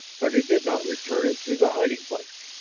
but he did not return it to the hiding place.